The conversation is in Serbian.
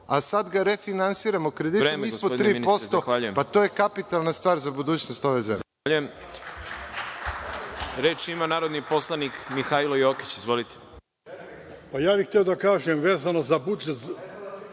a sad ga refinansiramo kreditom ispod 3%, pa to je kapitalna stvar za budućnost ove zemlje.